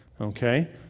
Okay